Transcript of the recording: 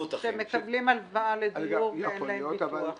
שמקבלים הלוואה לדיור ואין להם ביטוח חיים.